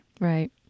Right